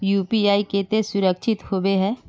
UPI केते सुरक्षित होबे है?